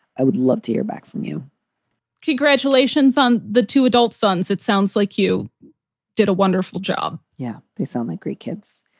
i would love to hear back from you congratulations on the two adult sons. it sounds like you did a wonderful job yeah, they sound like great kids.